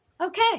okay